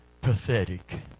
pathetic